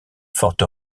forte